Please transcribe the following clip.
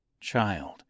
Child